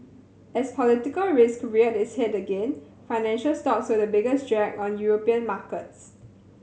as political risk reared its head again financial stocks were the biggest drag on European markets